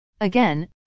Again